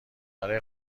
برای